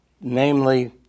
namely